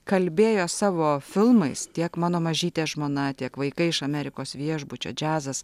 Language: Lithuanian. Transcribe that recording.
kalbėjo savo filmais tiek mano mažytė žmona tiek vaikai iš amerikos viešbučio džiazas